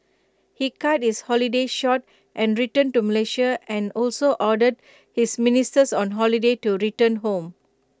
he cut his holiday short and returned to Malaysia and also ordered his ministers on holiday to return home